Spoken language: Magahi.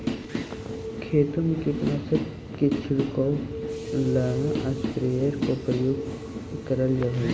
खेतों में कीटनाशक के छिड़काव ला स्प्रेयर का उपयोग करल जा हई